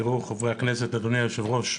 חברי הכנסת, אדוני היושב-ראש,